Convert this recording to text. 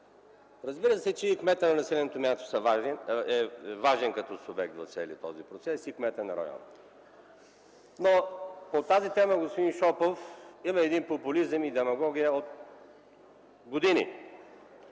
Разбира се, че и кметът на населеното място като субект е важен в целия този процес, и кметът на района. По тази тема, господин Шопов, има един популизъм и демагогия от години.